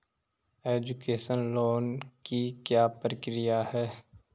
Education loan की क्या प्रक्रिया है?